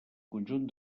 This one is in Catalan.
conjunt